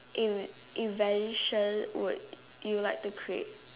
E~ evolution would you like to create